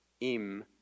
Im